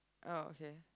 oh okay